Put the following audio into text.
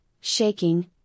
shaking